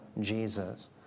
Jesus